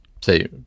say